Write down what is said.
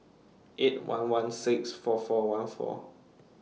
eight one one six four four one four